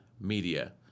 media